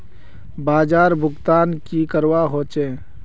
बाजार भुगतान की करवा होचे?